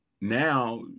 now